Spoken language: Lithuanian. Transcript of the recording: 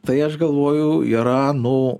tai aš galvoju yra nu